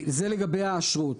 זה לגבי האשרות.